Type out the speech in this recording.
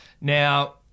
Now